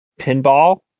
Pinball